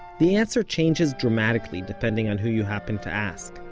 the answer changes dramatically depending on who you happen to ask,